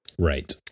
Right